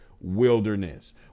wilderness